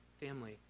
Family